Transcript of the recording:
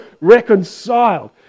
reconciled